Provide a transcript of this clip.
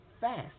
fast